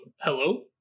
hello